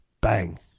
Bang